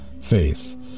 faith